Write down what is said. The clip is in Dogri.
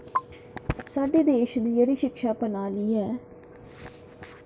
साढ़े देश दी जेह्ड़ी शिक्षा प्रणाली ऐ